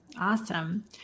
awesome